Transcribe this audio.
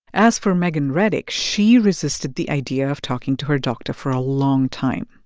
as for megan reddick, she resisted the idea of talking to her doctor for a long time.